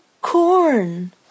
corn